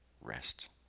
rest